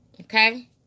Okay